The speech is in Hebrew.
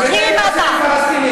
לעראבה ותמכת במחבלת.